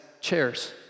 chairs